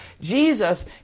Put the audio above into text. Jesus